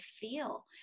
feel